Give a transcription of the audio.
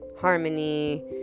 harmony